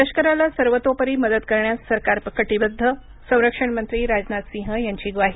लष्कराला सर्वतोपरी मदत करण्यास सरकार कटिबद्ध संरक्षण मंत्री राजनाथ सिंह यांची ग्वाही